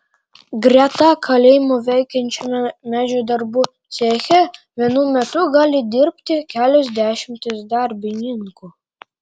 greta kalėjimo veikiančiame medžio darbų ceche vienu metu gali dirbti kelios dešimtys darbininkų